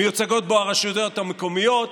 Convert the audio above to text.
מיוצגות בו הרשויות המקומיות,